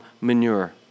manure